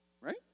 right